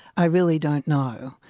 i really don't know.